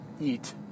eat